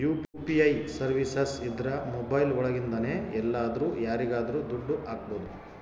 UPI services ಇದ್ರ mobile ಒಳಗಿಂದನೆ ಎಲ್ಲಾದ್ರೂ ಯಾರಿಗಾದ್ರೂ ದುಡ್ಡು ಹಕ್ಬೋದು